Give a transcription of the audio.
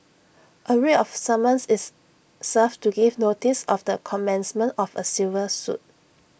A writ of summons is served to give notice of the commencement of A civil suit